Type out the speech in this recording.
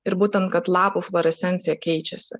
ir būtent kad lapų fluorescencija keičiasi